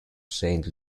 saint